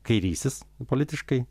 kairysis politiškai